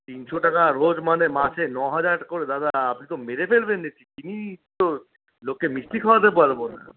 তিনশো টাকা রোজ মানে মাসে ন হাজার করে দাদা আপনি তো মেরে ফেলবেন দেখছি তিনশো লোকে মিষ্টি খাওয়াতে পারবো না